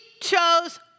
chose